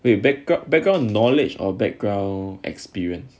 wait backg~ background knowledge or background experience